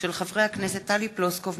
של חברי הכנסת טלי פלוסקוב,